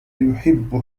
يحب